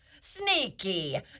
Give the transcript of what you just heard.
Sneaky